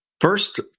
First